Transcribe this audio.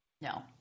No